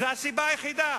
זאת הסיבה היחידה.